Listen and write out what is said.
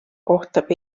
kohtab